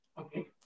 okay